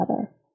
together